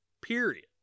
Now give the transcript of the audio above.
Period